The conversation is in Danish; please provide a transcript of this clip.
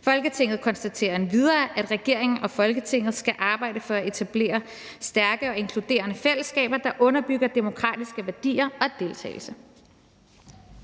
Folketinget konstaterer endvidere, at regeringen og Folketinget skal arbejde for at etablere stærke og inkluderende fællesskaber, der underbygger demokratiske værdier og demokratisk